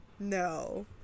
No